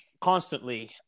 constantly